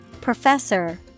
Professor